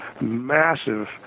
massive